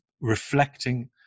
reflecting